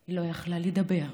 היא לא יכלה לדבר.